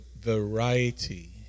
variety